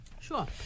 sure